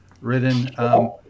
written